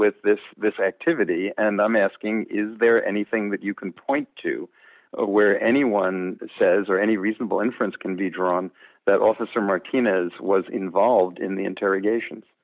with this this activity and i'm asking is there anything that you can point to where anyone says or any reasonable inference can be drawn that officer martinez was involved in the interrogations